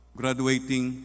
graduating